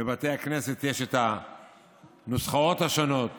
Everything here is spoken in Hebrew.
ובבתי הכנסת יש הנוסחאות השונות